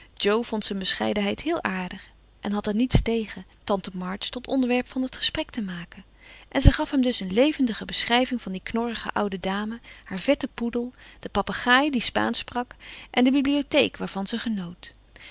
jo vond zijn bescheidenheid heel aardig en had er niets tegen tante march tot onderwerp van het gesprek te maken ze gaf hem dus een levendige beschrijving van die knorrige oude dame haar vetten poedel de papegaai die spaansch sprak en de bibliotheek waarvan ze genoot